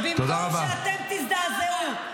השתגעתם.